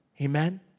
Amen